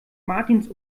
martins